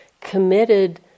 committed